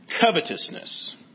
Covetousness